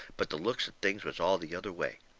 but the looks of things was all the other way.